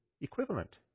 equivalent